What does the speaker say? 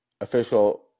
official